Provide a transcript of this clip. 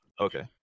okay